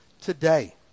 today